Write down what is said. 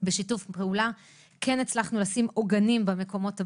בשיתוף פעולה הצלחנו לשים עוגנים במקומות הבאים: